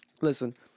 Listen